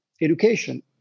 education